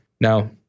Now